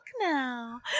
now